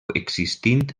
existint